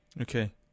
okay